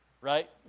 Right